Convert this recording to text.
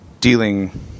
dealing